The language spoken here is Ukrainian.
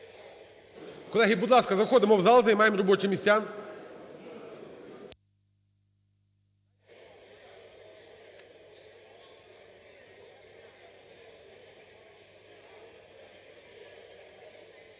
Колеги, будь ласка, заходимо в зал, займаємо робочі місця.